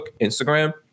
Instagram